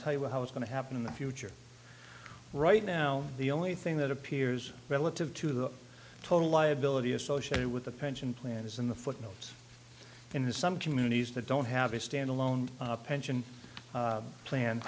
tell you how it's going to happen in the future right now the only thing that appears relative to the total liability associated with the pension plan is in the footnotes in some communities that don't have a standalone pension plan